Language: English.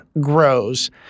grows